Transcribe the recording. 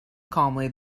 calmly